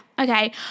okay